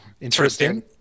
Interesting